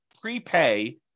prepay